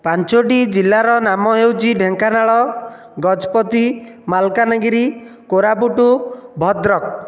ପାଞ୍ଚୋଟି ଜିଲ୍ଲାର ନାମ ହେଉଛି ଢ଼େଙ୍କାନାଳ ଗଜପତି ମାଲକାନଗିରି କୋରାପୁଟ ଭଦ୍ରକ